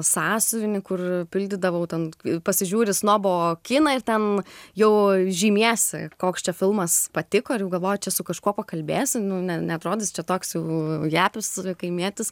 sąsiuvinį kur pildydavau ten pasižiūri snobo kiną ir ten jau žymiesi koks čia filmas patiko ir jau galvoji čia su kažkuo pakalbėsim neatrodys čia toks jau japis kaimietis